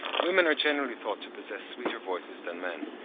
women are generally thought to possess sweeter voices than men,